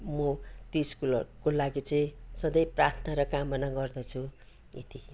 म त्यो सकुलहरूको लागि चाहिँ सधैँ प्रार्थना र कामना गर्दछु यति